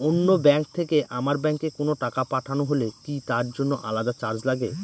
অন্য ব্যাংক থেকে আমার ব্যাংকে কোনো টাকা পাঠানো হলে কি তার জন্য আলাদা চার্জ লাগে?